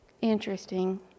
interesting